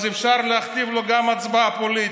אז אפשר להכתיב לו גם הצבעה פוליטית.